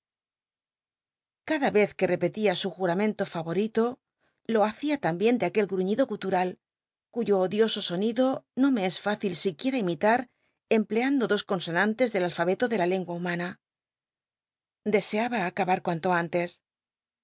cada vez que repetía su jtmtmento favorito lo hacia tambien de aquci gruñido gutural cuyo odioso sonido no me es fücil siquiera imitar empleando dos consonantes del alf tbeto de la lengua humana deseaba acabar cuanto antes